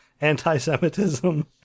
anti-Semitism